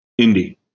Indie